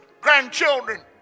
grandchildren